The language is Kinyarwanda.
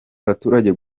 abaturage